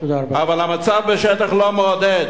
אבל המצב בשטח לא מעודד,